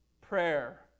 Prayer